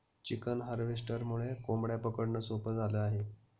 chicken हार्वेस्टरमुळे कोंबड्या पकडणं सोपं झालं आहे